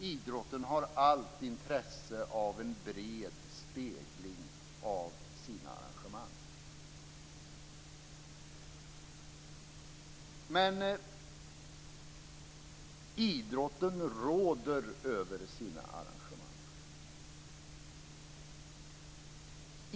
Idrotten har allt intresse av en bred spegling av sina arrangemang. Idrotten råder över sina arrangemang.